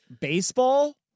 baseball